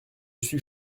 suis